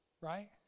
Right